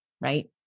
right